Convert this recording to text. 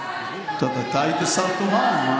------ טוב, אתה היית שר תורן.